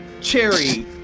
Cherry